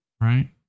Right